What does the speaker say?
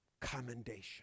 commendation